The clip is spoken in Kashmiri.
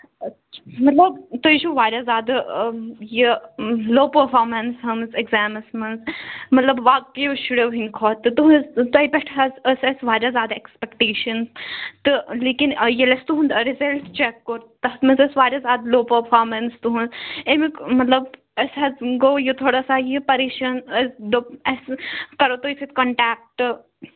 اچھا مطلَب تُہۍ چھِو واریاہ زیادٕ یہِ لوو پٔرفارمیٚنٕس ہٲومٕژ ایٚکزامَس منٛز مطلب باقیو شُریٚو ہِنٛدۍ کھۄتہٕ تُہُنٛذ تۅہہِ پیٚٹھ حظ ٲس اسہِ واریاہ زیادٕ ایٚکٕسپٮ۪کٹیشن تہٕ لیکِن ییٚلہِ اسہِ تُہُنٛد رِزَلٹہٕ چیک کوٚر تَتھ منٛز ٲس واریاہ زیادٕ لوو پٔرفارمیٚنٛس تُہُنٛذ اَمیُک مطلب اسہِ حظ گوٚو یہِ تھوڑا سا یہِ پَریشان اسہِ دوٚپ اسہِ کَرو تۅہہِ سۭتۍ کَنٹیٚکٹہٕ